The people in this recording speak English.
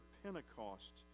pentecost